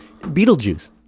Beetlejuice